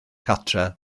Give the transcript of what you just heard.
cartref